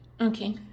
Okay